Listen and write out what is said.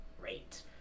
Great